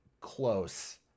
close